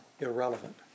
irrelevant